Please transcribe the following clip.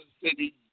City